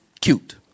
cute